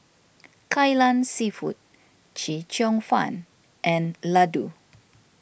Kai Lan Seafood Chee Cheong Fun and Laddu